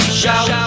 shout